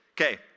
Okay